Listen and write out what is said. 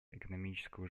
экономическую